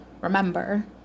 remember